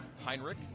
Heinrich